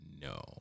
No